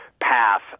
path